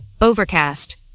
overcast